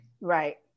right